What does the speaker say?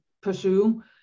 pursue